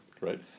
right